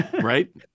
right